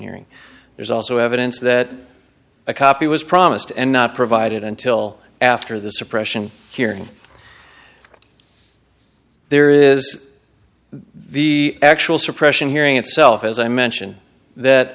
hearing there's also evidence that a copy was promised and not provided until after the suppression hearing there is the actual suppression hearing itself as i mention that